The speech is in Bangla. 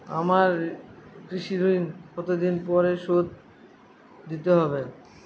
আমার কৃষিঋণ কতদিন পরে শোধ দিতে হবে?